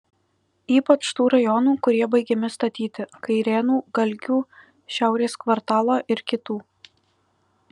ypač tų rajonų kurie baigiami statyti kairėnų galgių šiaurės kvartalo ir kitų